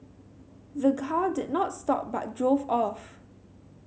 the car did not stop but drove off